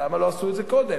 למה לא עשו את זה קודם?